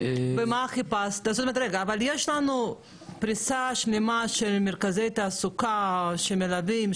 אבל יש לנו פריסה שלמה של מרכזי תעסוקה שמלווים,